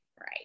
right